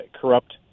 corrupt